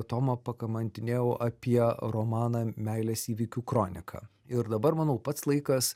tomą pakamantinėjau apie romaną meilės įvykių kronika ir dabar manau pats laikas